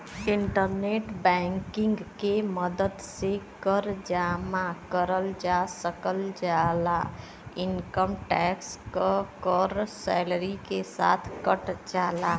internet banking के मदद से कर जमा करल जा सकल जाला इनकम टैक्स क कर सैलरी के साथ कट जाला